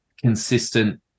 consistent